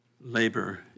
labor